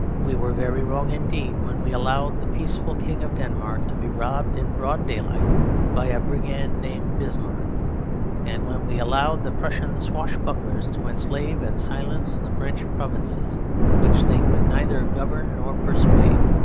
we were very wrong indeed when we allowed the peaceful king of denmark to be robbed in broad daylight by a brigand named bismarck and when we allowed the prussian swashbucklers to enslave and silence the french provinces which they could neither govern nor persuade.